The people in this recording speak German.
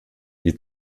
die